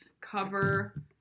cover